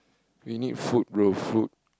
we need food bro food